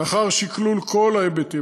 לאחר שקלול כל ההיבטים,